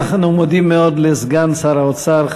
אנחנו מודים מאוד לסגן שר האוצר,